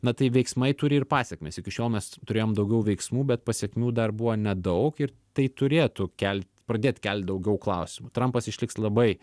na tai veiksmai turi ir pasekmes iki šiol mes turėjom daugiau veiksmų bet pasekmių dar buvo nedaug ir tai turėtų kelt pradėt kelt daugiau klausimų trampas išliks labai